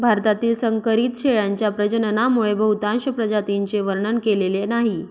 भारतातील संकरित शेळ्यांच्या प्रजननामुळे बहुतांश प्रजातींचे वर्णन केलेले नाही